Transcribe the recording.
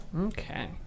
Okay